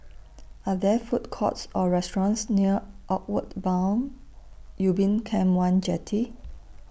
Are There Food Courts Or restaurants near Outward Bound Ubin Camp one Jetty